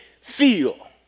feel